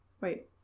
wait